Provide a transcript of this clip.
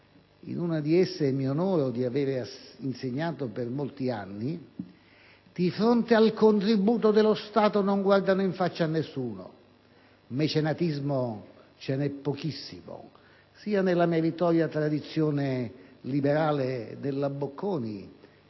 (in una di esse mi onoro di aver insegnato per molti anni), di fronte al contributo dello Stato non guardino in faccia a nessuno; mecenatismo ce n'è pochissimo, sia nella meritoria tradizione liberale della "Bocconi",